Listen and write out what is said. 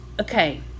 okay